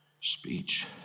speech